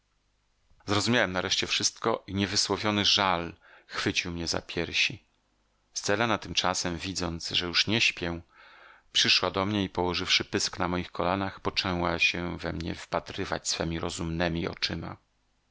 zrozumiałem nareszcie wszystko i niewysłowiony żal chwycił mnie za piersi selena tymczasem widząc że już nie śpię przyszła do mnie i położywszy pysk na moich kolanach poczęła się we mnie wpatrywać swemi rozumnemi oczyma